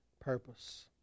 purpose